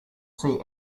see